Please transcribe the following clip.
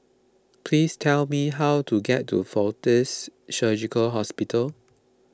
please tell me how to get to fortis Surgical Hospital